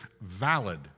valid